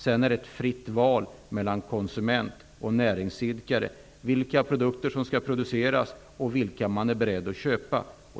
Sedan är det ett fritt val för konsumenter och näringsidkare. Det gäller här både vilka produkter som skall produceras och vilka man är beredd att köpa.